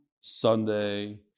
Sunday